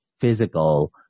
physical